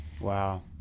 Wow